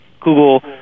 google